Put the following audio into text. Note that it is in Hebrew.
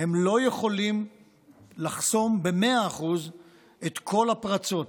הם לא יכולים לחסום ב-100% את כל הפרצות.